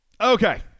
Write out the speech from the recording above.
Okay